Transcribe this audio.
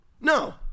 No